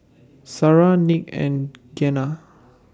Shara Nick and Gena